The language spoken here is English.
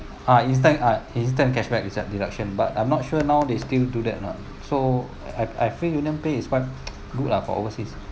ah instant ah instant cashback deduction but I'm not sure now they still do that or not so I I feel UnionPay is quite good lah for overseas